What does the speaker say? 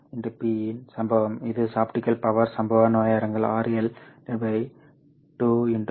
Pin சம்பவம் இது optical power சம்பவ நேரங்கள் RL 2qIphRL